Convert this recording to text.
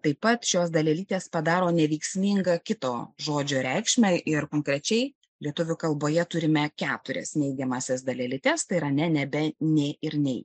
taip pat šios dalelytės padaro neveiksmingą kito žodžio reikšmę ir konkrečiai lietuvių kalboje turime keturias neigiamąsias dalelytes tai yra nebe nė ir nei